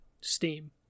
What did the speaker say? steam